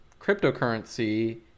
cryptocurrency